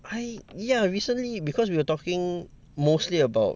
I ya recently because we were talking mostly about